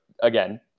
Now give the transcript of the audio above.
again